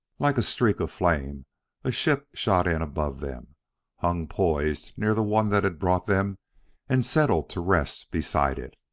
like a streak of flame a ship shot in above them hung poised near the one that had brought them and settled to rest beside it.